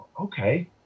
Okay